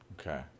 Okay